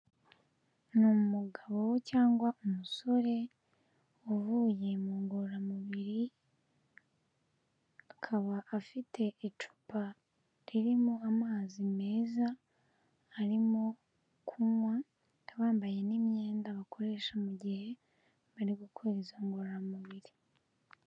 Ni umugabo cyangwa umusore uvuye mu ngororamubiri akaba afite icupa ririmo amazi meza arimo kunywa, akaba yabambaye n'imyenda bakoresha mu gihe bari gukora izo ngororamubiri.